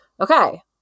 Okay